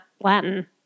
latin